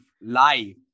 life